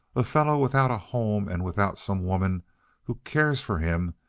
a fellow without a home and without some woman who cares for him,